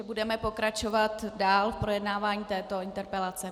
Budeme pokračovat dál v projednávání této interpelace.